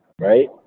right